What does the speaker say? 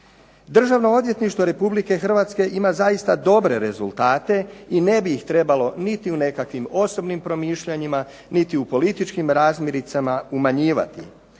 Državno odvjetništvo Republike Hrvatske ima zaista dobre rezultate i ne bi ih trebalo niti u nekakvim osobnim promišljanjima, niti u političkim razmiricama umanjivati.